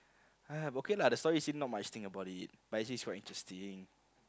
ah but okay lah the story is seem not much thing about it but is is quite interesting